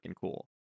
cool